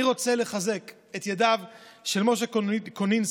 אני רוצה לחזק את ידיהם של משה קונינסקי,